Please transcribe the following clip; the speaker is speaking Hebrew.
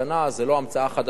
זה לא המצאה חדשה,